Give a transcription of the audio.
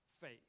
faith